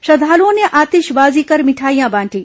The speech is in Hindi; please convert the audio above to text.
श्रद्वाल्ओं ने आतिशबाजी कर मिठाईयां बांटी